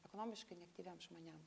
ekonomiškai neaktyviem žmonėm